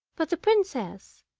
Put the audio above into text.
but the princess,